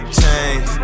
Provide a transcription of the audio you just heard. change